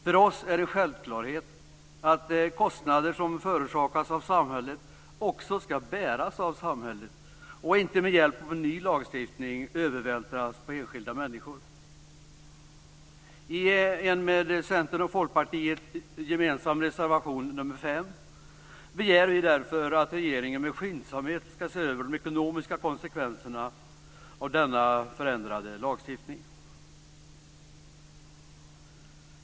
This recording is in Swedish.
För oss är det en självklarhet att kostnader som förorsakas av samhället också skall bäras av samhället och inte med hjälp av en ny lagstiftning övervältras på enskilda människor. I en med Centern och Folkpartiet gemensam reservation nr 5 begär vi därför att regeringen med skyndsamhet skall se över de ekonomiska konsekvenserna av denna förändrade lagstiftning.